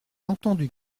entendu